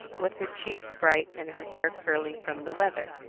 with her cheeks bright and her hair curling from the weather,